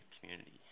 community